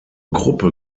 gruppe